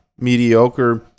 mediocre